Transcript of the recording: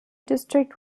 district